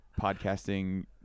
podcasting